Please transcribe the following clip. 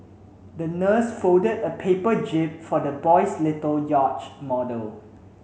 the nurse folded a paper jib for the boy's little yacht model